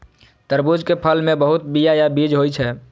तरबूज के फल मे बहुत बीया या बीज होइ छै